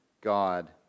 God